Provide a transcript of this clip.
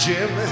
Jim